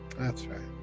that's right.